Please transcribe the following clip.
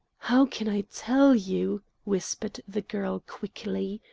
how can i tell you? whispered the girl quickly.